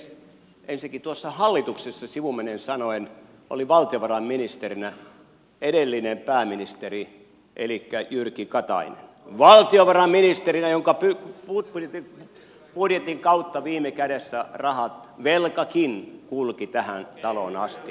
ensinnäkin tuossa hallituksessa sivumennen sanoen oli valtiovarainministerinä edellinen pääministeri elikkä jyrki katainen valtiovarainministerinä jonka budjetin kautta viime kädessä rahat velkakin kulkivat tähän taloon asti